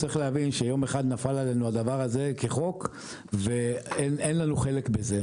צריך להבין שיום אחד נפל עלינו הדבר הזה כחוק ואין לנו חלק בזה.